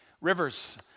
Rivers